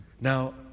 Now